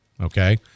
okay